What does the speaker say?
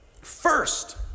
first